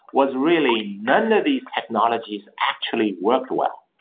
was really, none of these technologies actually worked well.